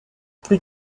plus